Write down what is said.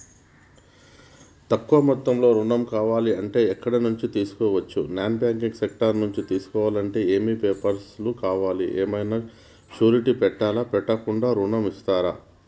తక్కువ మొత్తంలో ఋణం కావాలి అంటే ఎక్కడి నుంచి తీసుకోవచ్చు? నాన్ బ్యాంకింగ్ సెక్టార్ నుంచి తీసుకోవాలంటే ఏమి పేపర్ లు కావాలి? ఏమన్నా షూరిటీ పెట్టాలా? పెట్టకుండా ఋణం ఇస్తరా?